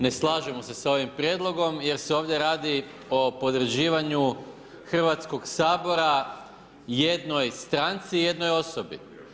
Ne slažemo se sa ovim prijedlogom jer se ovdje radi o podređivanju Hrvatskog sabora jednoj stranci, jednoj osobi.